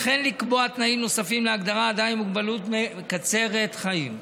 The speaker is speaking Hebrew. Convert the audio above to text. וכן לקבוע תנאים נוספים להגדרה "אדם עם מוגבלות מקצרת חיים".